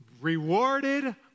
Rewarded